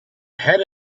had